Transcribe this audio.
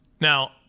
Now